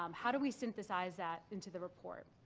um how do we synthesize that into the report?